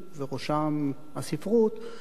ובראשם הספרות,